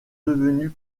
devenus